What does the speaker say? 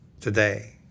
today